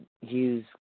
use